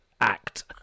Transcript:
act